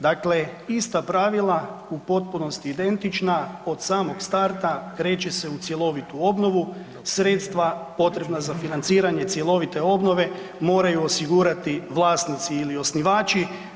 Dakle, ista pravila u potpunosti identična od samog starta kreće se u cjelovitu obnovu, sredstva potrebna za financiranje cjelovite obnove moraju osigurati vlasnici ili osnivači.